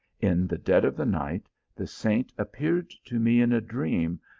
in the dead of the night the saint appeared to me in a dream,